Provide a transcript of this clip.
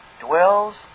dwells